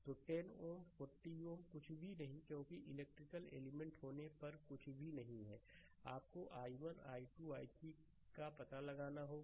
तो 10 Ω 40 Ω कुछ भी नहीं क्योंकि इलेक्ट्रिकल एलिमेंट होने पर कुछ भी नहीं है आपको i1 i2 और i3 का पता लगाना होगा